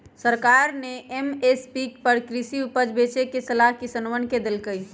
सरकार ने एम.एस.पी पर कृषि उपज बेचे के सलाह किसनवन के देल कई